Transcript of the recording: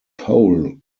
pole